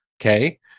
Okay